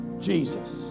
Jesus